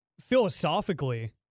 Philosophically